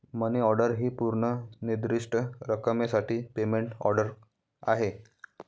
मनी order ही पूर्व निर्दिष्ट रकमेसाठी पेमेंट ऑर्डर आहे